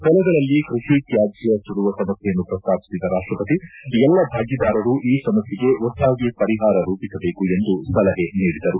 ಹೊಲಗಳಲ್ಲಿ ಕೃಷಿ ತ್ಯಾಜ್ಯ ಸುಡುವ ಸಮಸ್ಥೆಯನ್ನು ಶ್ರಸ್ತಾಪಿಸಿದ ರಾಷ್ಟಪತಿ ಎಲ್ಲ ಭಾಗೀದಾರರು ಈ ಸಮಸ್ಥೆಗೆ ಒಟ್ಟಾಗಿ ಪರಿಹಾರ ರೂಪಿಸಬೇಕು ಎಂದು ಸಲಹೆ ನೀಡಿದರು